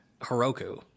Heroku